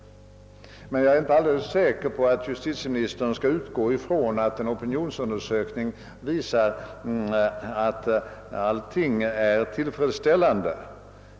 Men jag är inte alldeles säker på att justitieministern skall utgå ifrån att en opinionsundersökning visar att allting är tillfredsställande.